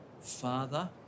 Father